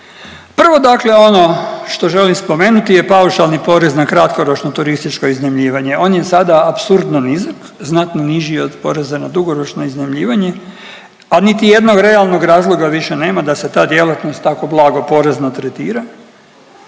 Prvo dakle ono što želim spomenuti je paušalni porez na kratkoročno turističko iznajmljivanje, on je sada apsurdno nizak, znatno niži od poreza na dugoročno iznajmljivanje, a niti jednog realnog razloga više nema da se ta djelatnost tako blago porezno tretira,